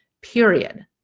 period